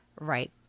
right